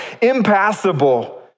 impassable